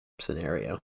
scenario